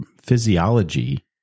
physiology